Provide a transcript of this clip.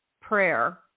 prayer